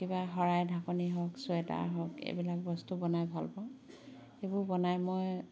কিবা শৰাই ঢাকনি হওক চুৱেটাৰ হওক এইবিলাক বস্তু বনাই ভাল পাওঁ এইবোৰ বনাই মই